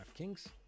DraftKings